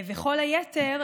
וכל היתר,